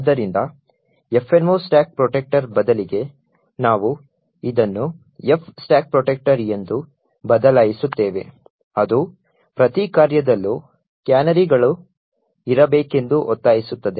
ಆದ್ದರಿಂದ fno stack protector ಬದಲಿಗೆ ನಾವು ಇದನ್ನು f stack protector ಎಂದು ಬದಲಾಯಿಸುತ್ತೇವೆ ಅದು ಪ್ರತಿ ಕಾರ್ಯದಲ್ಲೂ ಕ್ಯಾನರಿಗಳು ಇರಬೇಕೆಂದು ಒತ್ತಾಯಿಸುತ್ತದೆ